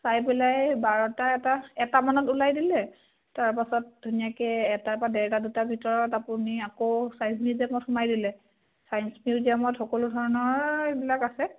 চাই পেলাই বাৰটা এটা এটামানত ওলাই দিলে তাৰপাছত ধুনীয়াকৈ এটাৰ পৰা ডেৰটা দুটাৰ ভিতৰত আপুনি আকৌ চায়েঞ্চ মিউজিয়ামত সোমাই দিলে চায়েঞ্চ মিউজিয়ামত সকলো ধৰণৰ এইবিলাক আছে